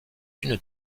une